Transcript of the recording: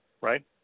Right